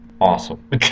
Awesome